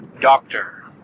doctor